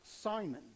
Simon